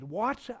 watch